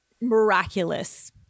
miraculous